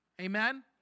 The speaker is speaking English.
Amen